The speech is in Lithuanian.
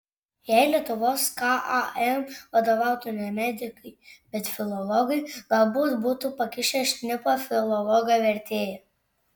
jei lietuvos kam vadovautų ne medikai bet filologai galbūt būtų pakišę šnipą filologą vertėją